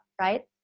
right